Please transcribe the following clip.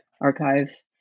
archive